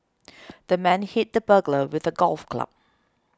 the man hit the burglar with a golf club